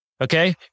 Okay